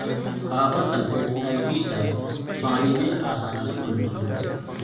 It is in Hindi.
कॉपर सल्फेट एल्गीसाइड पानी में आसानी से घुलनशील है